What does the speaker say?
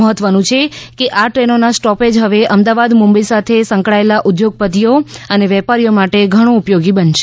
મહત્વનું છે કે આ ટ્રેનોનું સ્ટોપેજ હવે અમદાવાદ મુંબઇ સાથે કળાયેલા ઉદ્યોગપતિઓ અને વેપારીઓ માટે ઘણુ ઉપયોગી બનશે